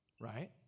right